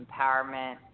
empowerment